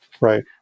Right